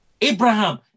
Abraham